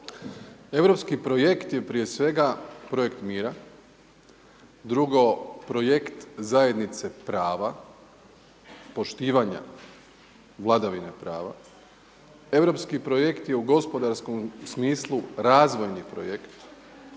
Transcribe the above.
Europski projekt je prije svega projekt mira. Drugo, projekt zajednice prava, poštivanja vladavine prava. Europski projekt je u gospodarskom smislu razvojni projekt